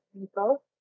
people